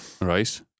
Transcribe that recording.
Right